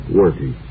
working